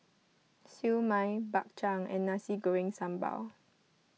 Siew Mai Bak Chang and Nasi Goreng Sambal